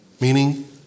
meaning